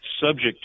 subject